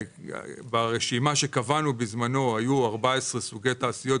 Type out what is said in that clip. ברשימה שקבענו בזמנו היו 14 סוגי תעשיות